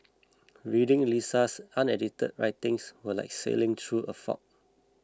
reading Lisa's unedited writings was like sailing through a fog